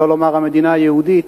שלא לומר המדינה היהודית,